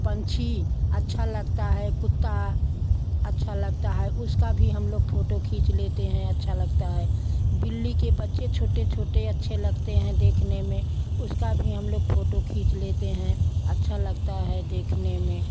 पंछी अच्छा लगता है कुत्ता अच्छा लगता है उसका भी हम लोग फोटो खींच लेते हैं अच्छा लगता है बिल्ली के बच्चे छोटे छोटे अच्छे लगते हैं देखने में उसका भी हम लोग फोटो खींच लेते हैं अच्छा लगता है देखने में